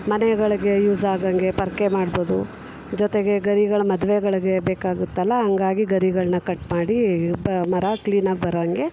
ಮನೆಗಳಿಗೆ ಯೂಸ್ ಆಗೋ ಹಂಗೆ ಪೊರ್ಕೆ ಮಾಡ್ಬೋದು ಜೊತೆಗೆ ಗರಿಗಳು ಮದ್ವೆಗಳಿಗೆ ಬೇಕಾಗುತ್ತಲ್ಲ ಹಂಗಾಗಿ ಗರಿಗಳನ್ನ ಕಟ್ ಮಾಡಿ ಬ ಮರ ಕ್ಲೀನಾಗಿ ಬರೋ ಹಂಗೆ